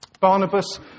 Barnabas